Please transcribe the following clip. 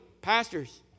pastors